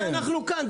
לכן אנחנו כאן.